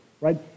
Right